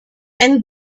and